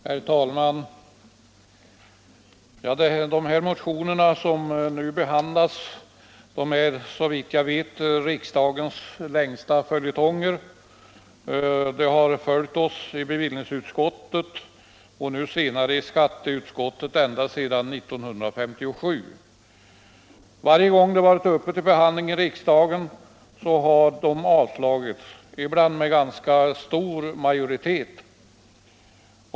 Herr talman! De motioner som nu behandlas är såvitt jag vet riksdagens längsta följetonger. De har följt oss i bevillningsutskottet och senare i skatteutskottet ända sedan 1957. Varje gång de varit uppe till behandling i riksdagen har de avslagits, ibland med ganska stor majoritet.